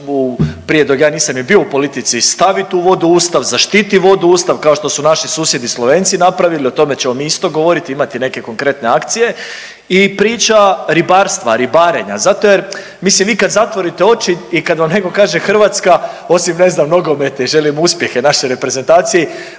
prije, dok ja nisam ni bio u politici, staviti vodu u Ustav, zaštiti vodu u Ustav kao što su naši susjedi Slovenci napravili, o tome ćemo mi isto govoriti i imati neke konkretne akcije i priča ribarstva, ribarenja, zato jer mislim vi kad zatvorite oči i kad vam netko kaže Hrvatska, osim ne znam, nogometa i želim uspjehe našoj reprezentaciji,